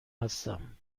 هستم